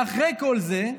ואחרי כל זה,